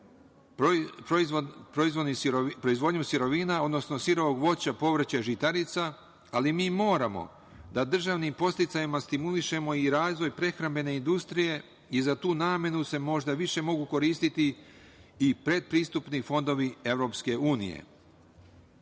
proizvodnjom sirovina, odnosno sirovog voća, povrća, žitarica, ali mi moramo da državnim podsticajima stimulišemo i razvoj prehrambene industrije i za tu namenu se možda više mogu koristiti i pretpristupni fondovi